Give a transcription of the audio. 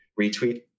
retweet